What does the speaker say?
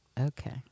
Okay